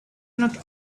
not